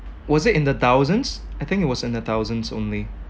was it in the thousands I think it was in the thousands only